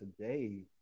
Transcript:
today